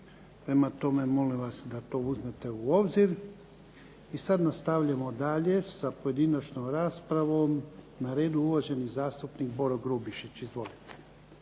prema tome molim vas da to uzmete u obzir. I sad nastavljamo dalje sa pojedinačnom raspravom. Na redu je uvaženi zastupnik Boro Grubišić. Izvolite.